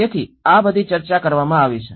તેથી આ બધી ચર્ચા કરવામાં આવી છે